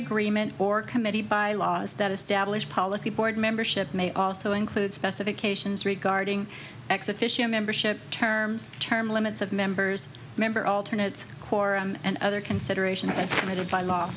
agreement or committee by laws that establish policy board membership may also include specifications regarding x official membership terms term limits of members member alternates quorum and other considerations i submitted by law